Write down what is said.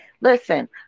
listen